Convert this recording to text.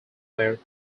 were